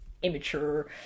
immature